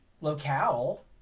locale